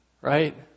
right